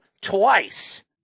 twice